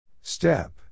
Step